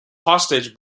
hostage